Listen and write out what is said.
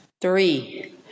Three